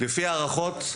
לפי הערכות,